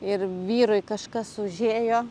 ir vyrui kažkas užėjo